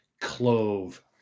clove